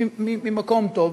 ממקום טוב,